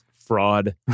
fraud